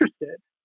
interested